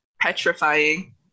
petrifying